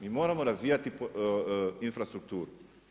Mi moramo razvijati infrastrukturu.